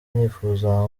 nifuza